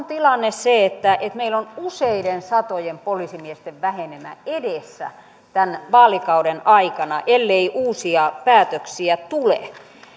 tilanne se että meillä on useiden satojen poliisimiesten vähenemä edessä tämän vaalikauden aikana ellei uusia päätöksiä